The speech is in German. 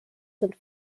sind